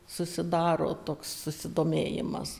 susidaro toks susidomėjimas